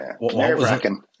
Nerve-wracking